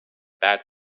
bad